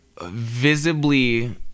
visibly